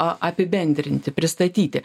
apibendrinti pristatyti